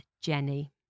jenny